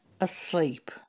asleep